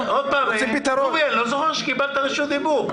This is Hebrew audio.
אני לא זוכר שקיבלת רשות דיבור,